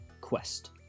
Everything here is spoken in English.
quest